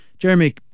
Jeremy